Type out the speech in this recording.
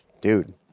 dude